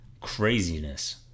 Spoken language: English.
Craziness